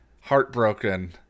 heartbroken